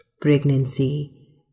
Pregnancy